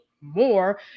more